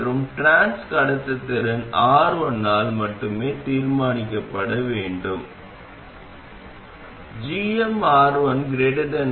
மற்றும் டிரான்ஸ் கடத்துத்திறன் R1 ஆல் மட்டுமே தீர்மானிக்கப்பட வேண்டும் gmR1 1